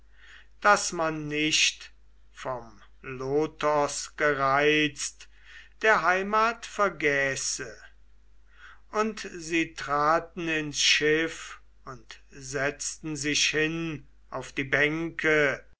daß man nicht vom lotos gereizt die heimat vergäße und sie traten ins schiff und setzten sich hin auf die bänke